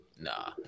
Nah